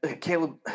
caleb